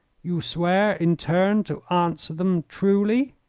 you swear in turn to answer them truly?